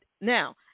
Now